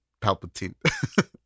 Palpatine